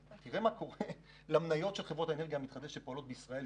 רק תראו מה קורה למניות של חברות האנרגיה המתחדשת שפועלות בישראל,